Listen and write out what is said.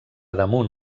damunt